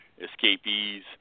escapees